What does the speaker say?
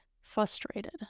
frustrated